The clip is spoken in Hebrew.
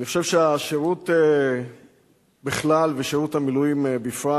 אני חושב שהשירות בכלל ושירות המילואים בפרט,